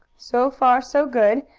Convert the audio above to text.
so far, so good,